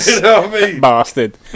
Bastard